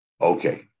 Okay